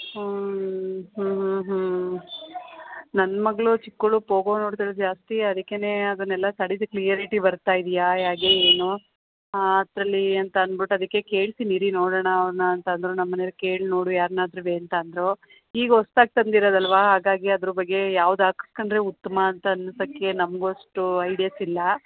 ಹ್ಞೂ ಹ್ಞೂ ಹ್ಞೂ ನನ್ನ ಮಗಳು ಚಿಕ್ಕವ್ಳು ಪೋಗೋ ನೋಡ್ತಾಳೆ ಜಾಸ್ತಿ ಅದ್ಕೇ ಅದನ್ನೆಲ್ಲ ಕ್ಲಿಯರಿಟಿ ಬರ್ತಾ ಇದೆಯಾ ಹ್ಯಾಗೆ ಏನು ಅದ್ರಲ್ಲಿ ಅಂತ ಅನ್ಬಿಟ್ಟು ಅದಕ್ಕೆ ಕೇಳ್ತೀನಿ ಇರಿ ನೋಡೋಣ ಅವ್ರನ್ನ ಅಂತಂದರು ನಮ್ಮ ಮನೆವ್ರು ಕೇಳಿ ನೋಡು ಯಾರ್ನಾದ್ರು ಅಂತಂದರು ಈಗ ಹೊಸ್ದಾಗ್ ತಂದಿರೋದಲ್ಲವಾ ಹಾಗಾಗಿ ಅದ್ರ ಬಗ್ಗೆ ಯಾವ್ದು ಹಾಕಸ್ಕೊಂಡ್ರೆ ಉತ್ತಮ ಅಂತ ಅನ್ನೋದಕ್ಕೆ ನಮಗೂ ಅಷ್ಟು ಐಡಿಯಾಸ್ ಇಲ್ಲ